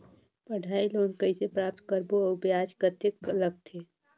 पढ़ाई लोन कइसे प्राप्त करबो अउ ब्याज कतेक लगथे?